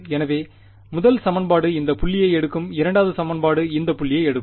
எனவே முதல் சமன்பாடு இந்த புள்ளியை எடுக்கும் இரண்டாவது சமன்பாடு இந்த புள்ளியை எடுக்கும்